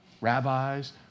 rabbis